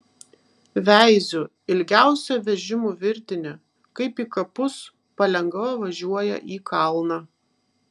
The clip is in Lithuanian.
veiziu ilgiausia vežimų virtinė kaip į kapus palengva važiuoja į kalną